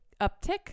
uptick